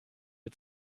wir